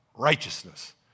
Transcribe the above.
Righteousness